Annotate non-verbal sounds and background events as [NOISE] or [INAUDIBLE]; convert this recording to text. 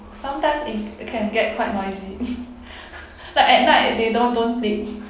sometimes it can get quite noisy [LAUGHS] like at night they don't don't sleep